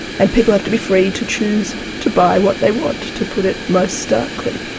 and people have to be free to choose to buy what they want, to put it most starkly.